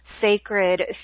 sacred